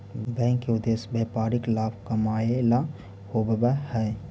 bank के उद्देश्य व्यापारिक लाभ कमाएला होववऽ हइ